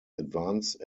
advanced